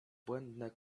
błędne